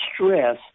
stress